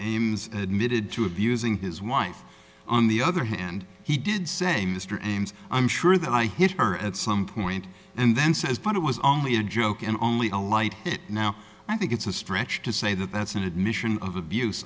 ames admitted to abusing his wife on the other hand he did say mr ames i'm sure that i hit her at some point and then says but it was only a joke and only a light hit now i think it's a stretch to say that that's an admission of abuse